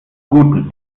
gutem